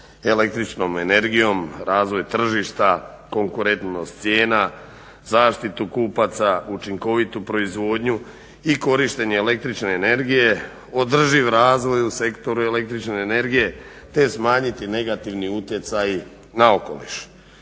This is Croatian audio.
električnom energijom, razvoj tržišta, konkurentnost cijena, zaštitu kupaca, učinkovitu proizvodnju i korištenje električne energije, održiv razvoj u sektoru električne energije, te smanjiti negativni utjecaj na okoliš.